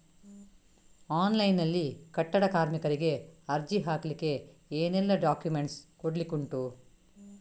Online ನಲ್ಲಿ ಕಟ್ಟಡ ಕಾರ್ಮಿಕರಿಗೆ ಅರ್ಜಿ ಹಾಕ್ಲಿಕ್ಕೆ ಏನೆಲ್ಲಾ ಡಾಕ್ಯುಮೆಂಟ್ಸ್ ಕೊಡ್ಲಿಕುಂಟು?